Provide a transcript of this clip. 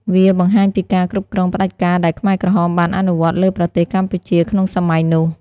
វាបង្ហាញពីការគ្រប់គ្រងផ្ដាច់ការដែលខ្មែរក្រហមបានអនុវត្តលើប្រទេសកម្ពុជាក្នុងសម័យនោះ។